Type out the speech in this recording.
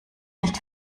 nicht